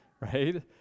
Right